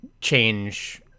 change